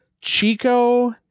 Chico